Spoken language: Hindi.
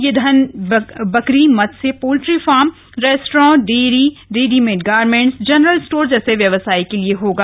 यह धन बकरी मत्स्य poultry farm restaurant dairy readymade garments general store जैसे व्यवसाय के लिए होगा